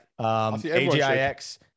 AGIX